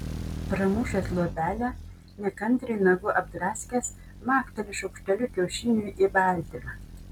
pramušęs luobelę nekantriai nagu apdraskęs makteli šaukšteliu kiaušiniui į baltymą